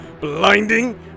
blinding